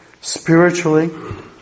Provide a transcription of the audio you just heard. spiritually